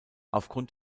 aufgrund